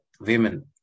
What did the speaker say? women